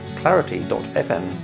clarity.fm